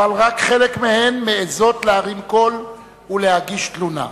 אבל רק חלק מהן מעזות להרים קול ולהגיש תלונה.